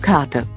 Karte